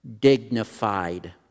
dignified